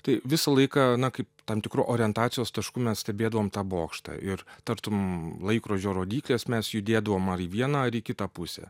tai visą laiką na kaip tam tikru orientacijos tašku mes stebėdavom tą bokštą ir tartum laikrodžio rodyklės mes judėdavom ar į vieną ar į kitą pusę